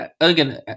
again